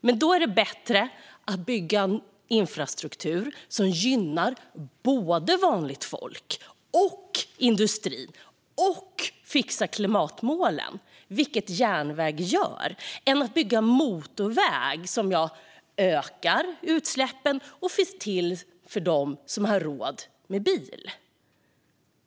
Men då är det bättre att bygga infrastruktur som gynnar både vanligt folk och industrin och som dessutom fixar klimatmålen, vilket järnväg gör, än att bygga motorväg som ökar utsläppen och finns till för dem som har råd med bil.